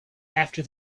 after